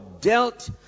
dealt